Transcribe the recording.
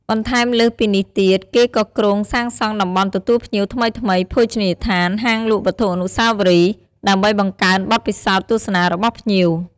បន្ថែមលើសពីនេះទៀត គេក៏គ្រោងសាងសង់តំបន់ទទួលភ្ញៀវថ្មីៗ ភោជនីយដ្ឋាន ហាងលក់វត្ថុអនុស្សាវរីយ៍ ដើម្បីបង្កើនបទពិសោធន៍ទស្សនារបស់ភ្ញៀវ។